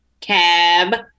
cab